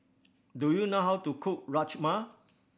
do you know how to cook Rajma